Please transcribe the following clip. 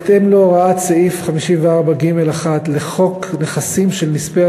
בהתאם להוראת סעיף 54(ג)(1) לחוק נכסים של נספי